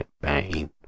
bang